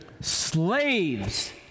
slaves